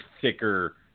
thicker